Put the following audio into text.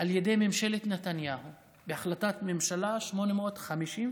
על ידי ממשלת נתניהו בהחלטת ממשלה 852,